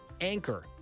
anchor